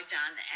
done